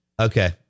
Okay